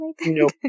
No